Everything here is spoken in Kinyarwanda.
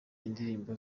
indirimbo